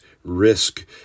risk